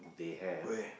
they have